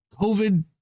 COVID